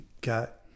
got